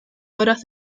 horas